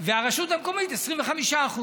והרשות המקומית 25%;